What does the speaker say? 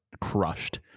crushed